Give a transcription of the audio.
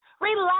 relax